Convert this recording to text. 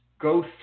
go